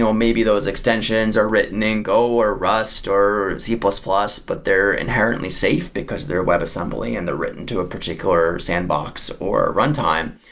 maybe those extensions are written in go, or rust, or c plus plus, but they're inherently safe because their web assembly and they're written to a particular sandbox or a runtime.